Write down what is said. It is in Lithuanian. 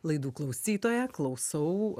laidų klausytoja klausau